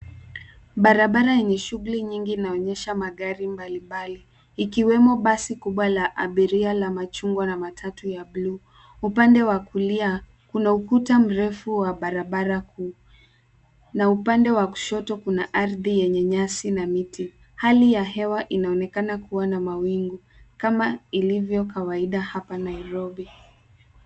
Barabara yenye shughuli nyingi inaonyesha magari mbalimbali ikiwemo basi kubwa la abiria na matatu ya buluu. Upande wa kulia kuna ukuta mrefu wa barabara kuu na upande wa kushoto kuna ardhi yenye nyasi na miti. Hali ya hewa inaonekana kuwa na mawingu kama ilivyo kawaida hapa Nairobi.